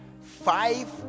five